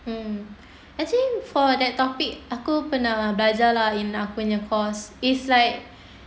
mm actually for that topic aku pernah lah belajar lah in aku punya course if like